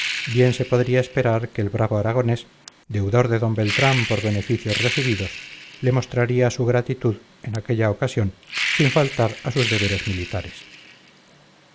bien se podía esperar que el bravo aragonés deudor de d beltrán por beneficios recibidos le mostraría su gratitud en aquella ocasión sin faltar a sus deberes militares